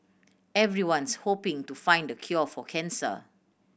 everyone's hoping to find the cure for cancer